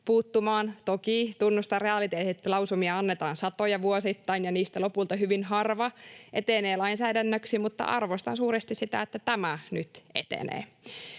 puuttumaan. Toki tunnustan realiteetit, että lausumia annetaan satoja vuosittain ja niistä lopulta hyvin harva etenee lainsäädännöksi, mutta arvostan suuresti sitä, että tämä nyt etenee.